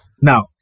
Now